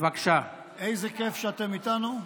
איזה כיף שאתם איתנו.